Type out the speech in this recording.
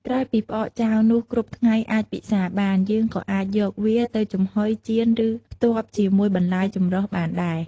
ក្រោយពីផ្អកចាវនោះគ្រប់ថ្ងៃអាចពិសាបាន យើងក៏អាចយកវាទៅចំហុយ ចៀន ឬ ផ្ទាប់ជាមួយបន្លែចម្រុះបានដែរ។